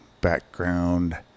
background